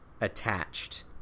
Attached